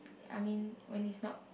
I mean when its not